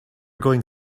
going